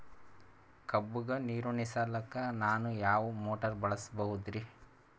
ಕಬ್ಬುಗ ನೀರುಣಿಸಲಕ ನಾನು ಯಾವ ಮೋಟಾರ್ ಬಳಸಬಹುದರಿ?